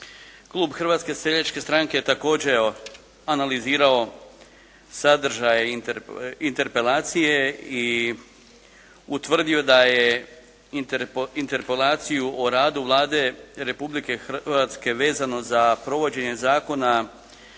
Klub Hrvatske seljačke stranke također je analizirao sadržaj interpelacije i utvrdio da je interpelaciju o radu Vlade Republike Hrvatske vezano za provođenje Zakona